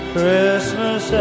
Christmas